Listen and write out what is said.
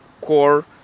core